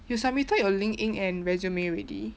you submitted your linkedin and resume already